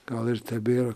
gal ir tebėra